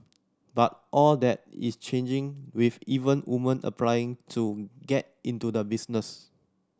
but all that is changing with even woman applying to get into the business